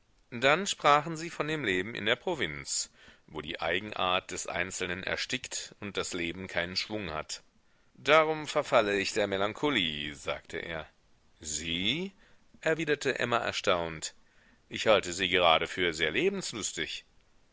dann sprachen sie von dem leben in der provinz wo die eigenart des einzelnen erstickt und das leben keinen schwung hat darum verfalle ich der melancholie sagte er sie erwiderte emma erstaunt ich halte sie gerade für sehr lebenslustig